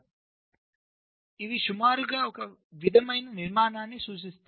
కాబట్టి అవి సుమారుగా ఒకే విధమైన నిర్మాణాన్ని సూచిస్తాయి